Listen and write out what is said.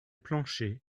planchet